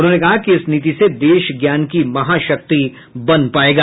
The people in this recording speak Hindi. उन्होंने कहा कि इस नीति से देश ज्ञान की महाशक्ति बन पाएगा